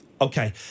Okay